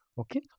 Okay